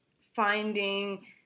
finding